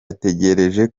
atekereje